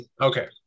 Okay